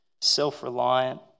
self-reliant